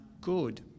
good